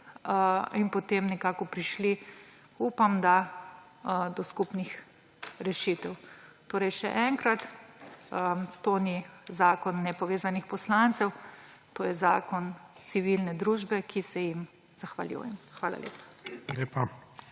in potem nekako prišli ,upam, do skupnih rešitev. Torej še enkrat, to ni zakon nepovezanih poslancev, to je zakon civilne družbe, ki se ji zahvaljujem. Hvala lepa.